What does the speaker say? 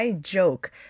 joke